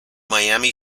miami